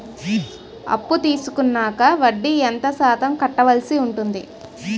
అప్పు తీసుకున్నాక వడ్డీ ఎంత శాతం కట్టవల్సి వస్తుంది?